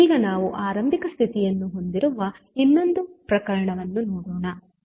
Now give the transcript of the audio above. ಈಗ ನಾವು ಆರಂಭಿಕ ಸ್ಥಿತಿಯನ್ನು ಹೊಂದಿರುವ ಇನ್ನೊಂದು ಪ್ರಕರಣವನ್ನು ನೋಡೋಣ